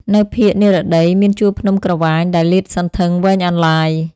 នៅភាគនិរតីមានជួរភ្នំក្រវាញដែលលាតសន្ធឹងវែងអន្លាយ។